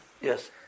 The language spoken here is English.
Yes